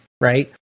Right